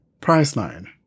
Priceline